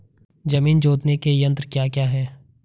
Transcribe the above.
जमीन जोतने के यंत्र क्या क्या हैं?